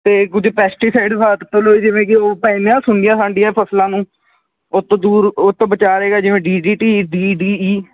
ਅਤੇ ਕੁਝ ਪੈਸਟੀਸਾਈਡ ਵਰਤ ਲਓ ਜਿਵੇਂ ਕਿ ਉਹ ਪੈ ਜਾਂਦੀਆਂ ਸੁੰਡੀਆਂ ਸਾਂਡੀਆਂ ਫ਼ਸਲਾਂ ਨੂੰ ਉਸ ਤੋਂ ਦੂਰ ਉਸ ਤੋਂ ਬਚਾਵੇਗਾ ਜਿਵੇਂ D D T D D ਈ